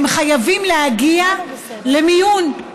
הם חייבים להגיע למיון,